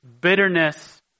bitterness